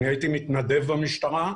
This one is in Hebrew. הייתי מתנדב במשטרה,